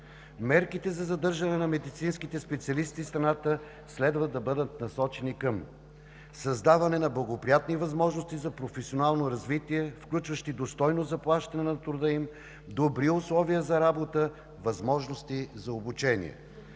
Мерките за задържане на медицинските специалисти в страната следва да бъдат насочени към създаване на благоприятни възможности за професионално развитие, включващи достойно заплащане на труда им, добри условия за работа, възможности за обучение,